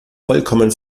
vollkommen